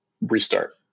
restart